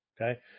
Okay